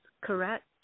Correct